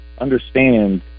understand